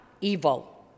evil